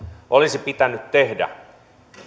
olisi pitänyt tehdä